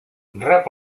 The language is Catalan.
rep